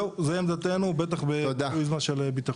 זהו, זו עמדתנו, בטח בפריזמה של ביטחון.